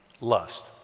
Lust